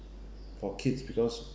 for kids because